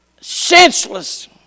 senseless